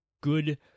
good